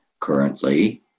Currently